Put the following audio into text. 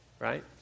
right